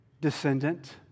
descendant